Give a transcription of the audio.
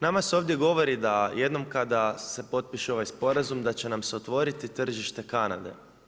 Nama se ovdje govori da jednom kada se potpiše ovaj sporazum da će nas otvoriti tržište Kanade.